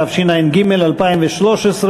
התשע"ג 2013,